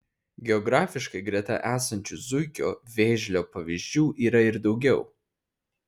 geografiškai greta esančių zuikio vėžlio pavyzdžių yra ir daugiau